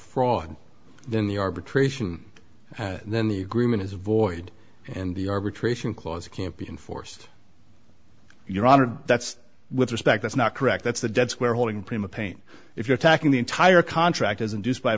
fraud then the arbitration then the greenman is void and the arbitration clause can't be enforced your honor that's with respect that's not correct that's the dead square holding prima pane if you're attacking the entire contract as induced by